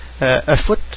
afoot